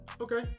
Okay